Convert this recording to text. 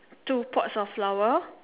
two pots of flower